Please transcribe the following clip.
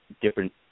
different